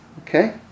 okay